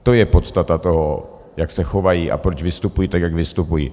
To je podstata toho, jak se chovají a proč vystupují tak, jak vystupují.